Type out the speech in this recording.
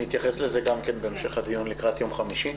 נתייחס לזה גם כן בהמשך הדיון לקראת יום חמישי.